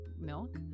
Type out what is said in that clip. milk